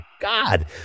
God